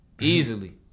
easily